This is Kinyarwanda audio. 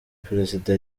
perezida